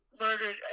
murdered